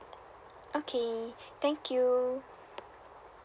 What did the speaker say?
okay thank you